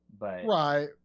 Right